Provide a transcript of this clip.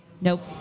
Nope